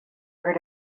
heard